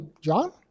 John